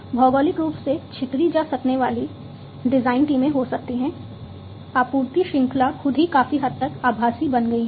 भौगोलिक रूप से छितरी जा सकने वाली डिज़ाइन टीमें हो सकती हैं आपूर्ति श्रृंखला खुद ही काफी हद तक आभासी बन गई है